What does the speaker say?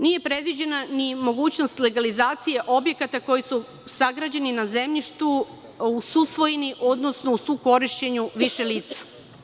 Nije predviđena ni mogućnost legalizacije objekata koji su sagrađeni na zemljištu u susvojini, odnosno u sukorišćenju više lice.